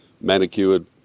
manicured